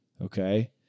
Okay